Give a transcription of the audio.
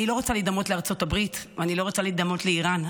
אני לא רוצה להידמות לארצות הברית ואני לא רוצה להידמות לאיראן,